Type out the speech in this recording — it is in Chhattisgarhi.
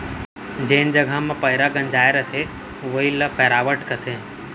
जेन जघा म पैंरा गंजाय रथे वोइ ल पैरावट कथें